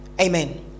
Amen